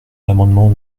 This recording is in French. l’amendement